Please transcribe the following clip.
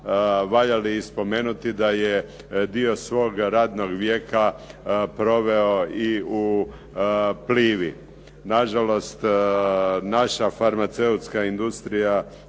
valja li spomenuti da je dio svog radnog vijeka proveo i u Plivi. Nažalost, naša farmaceutska industrija